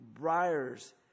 briars